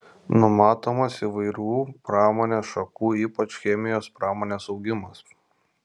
numatomas įvairių pramonės šakų ypač chemijos pramonės augimas